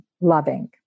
loving